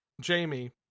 Jamie